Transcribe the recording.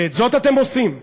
ואת זאת אתם עושים פה,